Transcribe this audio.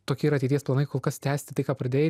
tokie ateities planai kol kas tęsti tai ką pradėjai